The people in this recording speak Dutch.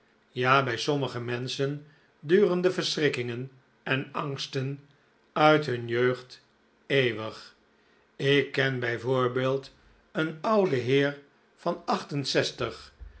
ja bij sommige menschen duren de verschrikkingen en angsten uit hun jeugd eeuwig ik ken bijvoorbeeld een ouden heer van